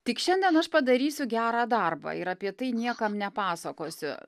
tik šiandien aš padarysiu gerą darbą ir apie tai niekam nepasakosiu